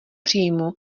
příjmů